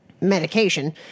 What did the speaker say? medication